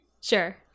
Sure